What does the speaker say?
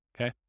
okay